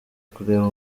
kureba